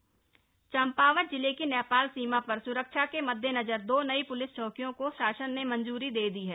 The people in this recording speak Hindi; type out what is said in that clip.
नेपाल सीमा चंपावत जिले की नेपाल सीमा पर सुरक्षा के मद्देनजर दो नयी पुलिस चौकियों को शासन से मंजूरी मिल गयी है